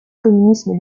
communisme